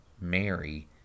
Mary